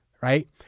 right